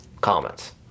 comments